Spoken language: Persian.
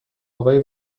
آقای